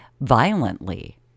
violently